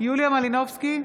יוליה מלינובסקי,